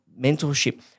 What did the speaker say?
mentorship